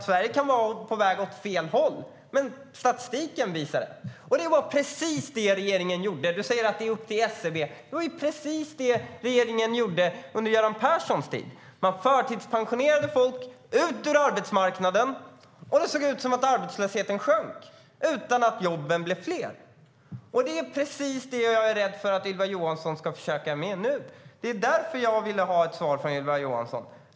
Sverige kan vara på väg åt fel håll även om statistiken visar att det går åt rätt håll. Ylva Johansson säger att det är upp till SCB. Under Göran Perssons tid gjorde man precis så här. Man förtidspensionerade folk - de skulle ut från arbetsmarknaden. Då såg det ut som att arbetslösheten sjönk utan att jobben blev fler. Det är precis det som jag är rädd för att Ylva Johansson ska försöka med nu. Därför ville jag ha ett svar från Ylva Johansson.